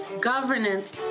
Governance